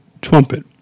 trumpet